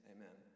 Amen